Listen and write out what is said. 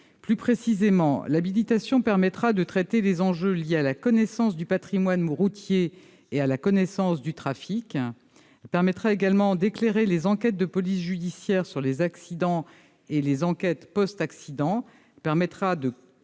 Plus précisément, l'habilitation permettra de traiter des enjeux liés à la connaissance du patrimoine routier et du trafic. Elle éclairera également les enquêtes de police judiciaire sur les accidents et les enquêtes post-accident, corrigera